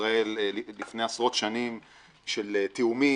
בישראל לפני עשרות שנים של תיאומים